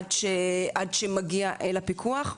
עד שמגיע אל הפיקוח,